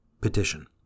Petition